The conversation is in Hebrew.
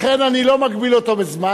לכן אני לא מגביל אותו בזמן.